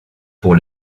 pour